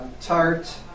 tart